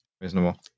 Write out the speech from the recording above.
Reasonable